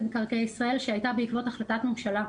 מקרקעי ישראל שהייתה בעקבות החלטת ממשלה.